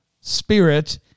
spirit